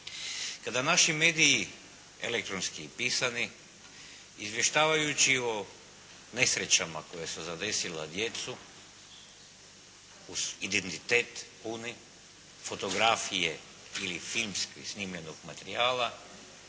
kada naši mediji elektronski i pisani izvještavajući o nesrećama koje su zadesila djecu uz identitet puni, fotografije ili filmski snimljenog materijala,